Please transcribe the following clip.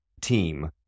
team